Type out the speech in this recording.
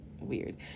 weird